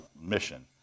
mission